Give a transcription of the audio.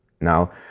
Now